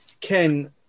ken